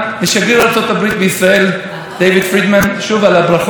הבוקר, לקראת הכנס החדש, עליתי שוב להר הבית.